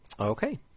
Okay